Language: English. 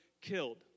killed